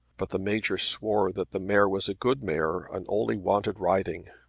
but the major swore that the mare was a good mare and only wanted riding.